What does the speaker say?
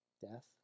death